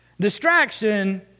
Distraction